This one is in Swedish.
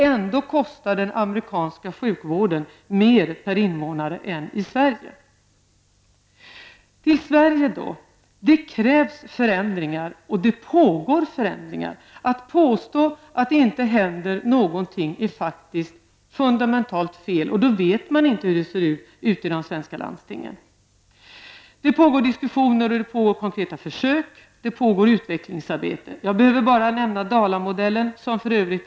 Ändå kostar den amerikanska sjukvården mer per invånare än den svenska. Det krävs förändringar i Sverige, och det sker förändringar. Det är fundamentalt fel att påstå att det inte händer någonting. Säger man det vet man inte hur det ser ut i de svenska landstingen. Det pågår diskussioner, konkreta försök och utvecklingsarbete. Jag kan bara nämna Dalamodellen som ett exempel.